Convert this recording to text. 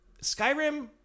Skyrim